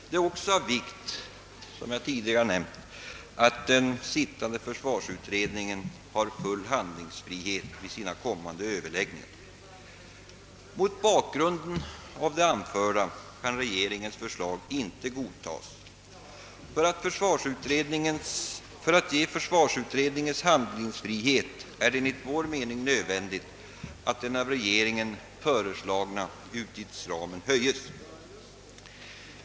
Det är också av vikt — som jag tidigare nämnt — att den sittande försvarsutredningen har full handlingsfrihet vid sina kommande överläggningar. Mot bakgrunden av det anförda kan regeringens förslag icke godtagas. För att ge försvarsutredningen full handlingsfrihet är det enligt vår mening nödvändigt att den av regeringen föreslagna utgiftsramen vidgas.